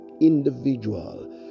individual